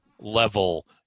level